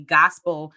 gospel